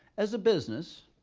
as a business,